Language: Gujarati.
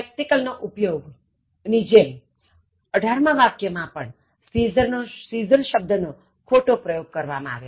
spectacle ના ઉપયોગ ની જેમ અહીં scissor શબ્દ નો ખોટો પ્રયોગ કરવામાં આવ્યો છે